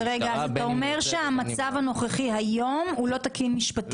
ישיר עם המשטרה --- אז אתה אומר שהמצב המשפטי היום הוא לא תקין משפטית.